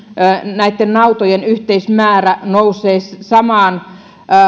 näitten nautojen yhteismäärä nousee samaan